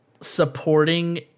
supporting